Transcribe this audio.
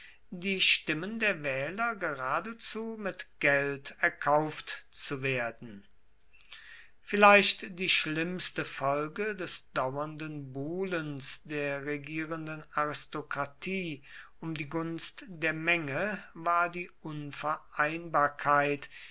die stimmen der wähler geradezu mit geld erkauft zu werden vielleicht die schlimmste folge des dauernden buhlens der regierenden aristokratie um die gunst der menge war die unvereinbarkeit